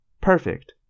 Perfect